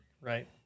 right